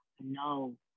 no